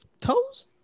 toes